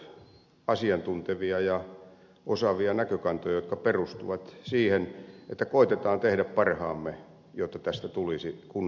asiantuntevia ja osaavia näkökantoja jotka perustuvat siihen että koetetaan tehdä parhaamme jotta tästä tulisi kunnon ratkaisu